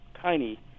tiny